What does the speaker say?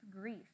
grief